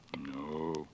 No